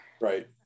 Right